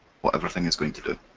everything is going to do.